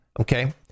okay